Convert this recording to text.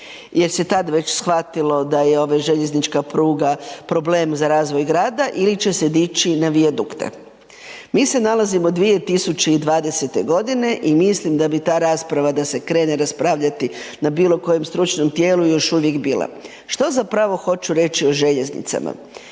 jer se tada već shvatilo da je ova željeznička pruga problem za razvoj grada ili će se dići na vijadukte. Mi se nalazimo u 2020. godini i mislim da se bi ta rasprava da se krene raspravljati na bilo kojem stručnom tijelu još uvijek bila. Što zapravo hoću reći o željeznicama?